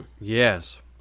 Yes